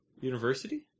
University